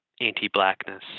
anti-blackness